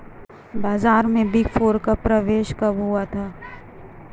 बाजार में big four का प्रवेश कब हुआ था?